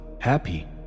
happy